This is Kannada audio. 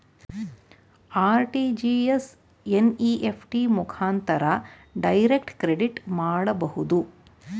ಆರ್.ಟಿ.ಜಿ.ಎಸ್, ಎನ್.ಇ.ಎಫ್.ಟಿ ಮುಖಾಂತರ ಡೈರೆಕ್ಟ್ ಕ್ರೆಡಿಟ್ ಮಾಡಬಹುದು